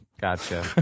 gotcha